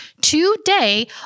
Today